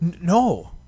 No